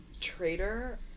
Traitor